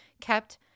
kept